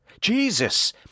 Jesus